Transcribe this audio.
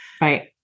Right